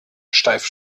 steif